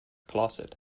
closet